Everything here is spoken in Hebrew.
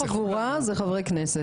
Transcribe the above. הוא כבר לא במפלגה שלי.